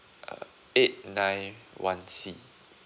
uh eight nine one C